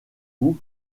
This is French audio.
vous